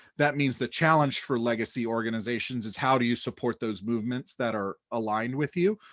that means the challenge for legacy organizations is how do you support those movements that are aligned with you?